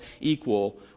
equal